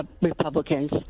Republicans